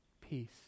peace